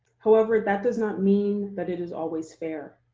however, that does not mean that it is always fair.